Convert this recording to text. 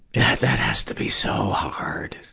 yeah that has to be so hard.